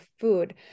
food